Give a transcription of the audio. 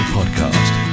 Podcast